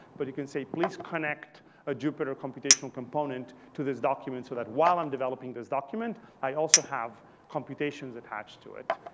but you can say, please connect a jupyter computational component to this document, so that while i'm developing this document, i also have computations attached to it.